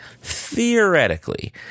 theoretically